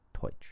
Deutsch